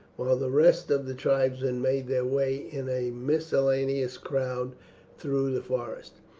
while the rest of the tribesmen made their way in a miscellaneous crowd through the forest.